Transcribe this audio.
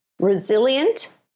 resilient